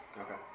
Okay